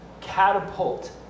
catapult